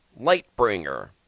Lightbringer